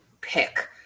pick